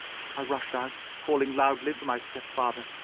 i rushed out, calling loudly for my stepfather,